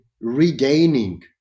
regaining